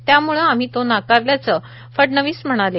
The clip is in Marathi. त्यामुळे आम्ही तो नाकारल्याचं फडणवीस म्हणाले